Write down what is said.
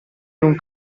non